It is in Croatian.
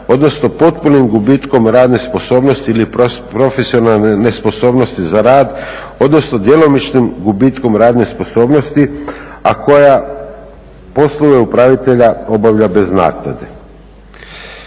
odnosno potpunim gubitkom radne sposobnosti ili profesionalne nesposobnosti za rad, odnosno djelomičnim gubitkom radne sposobnosti, a koja poslove upravitelja obavlja bez naknade.